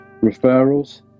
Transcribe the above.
referrals